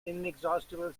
inexhaustible